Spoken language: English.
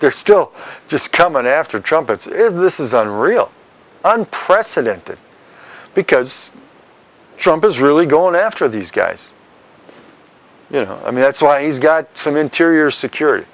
they're still just come on after trumpets if this isn't real unprecedented because trump is really going after these guys you know i mean that's why he's got some interior secur